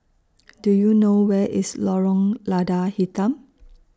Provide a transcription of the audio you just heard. Do YOU know Where IS Lorong Lada Hitam